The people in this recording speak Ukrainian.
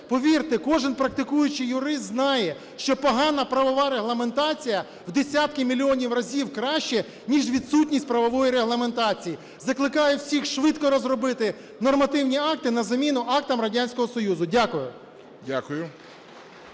Повірте, кожен практикуючий юрист знає, що погана правова регламентація в десятки мільйонів разів краще, ніж відсутність правової регламентації. Закликаю всіх швидко розробити нормативні акти на заміну актам Радянського Союзу. Дякую.